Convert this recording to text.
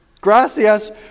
gracias